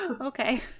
Okay